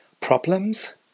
Problems